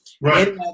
Right